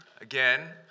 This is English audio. again